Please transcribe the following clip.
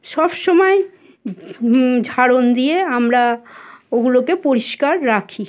সবসময় ঝাড়ন দিয়ে আমরা ওগুলোকে পরিষ্কার রাখি